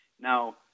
Now